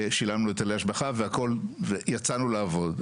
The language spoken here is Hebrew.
שילמנו היטלי השבחה והכל, ויצאנו לעבוד.